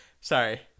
sorry